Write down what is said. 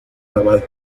naval